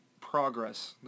progress